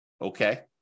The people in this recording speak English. Okay